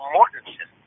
Mortensen